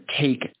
take